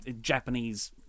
Japanese